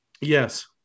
Yes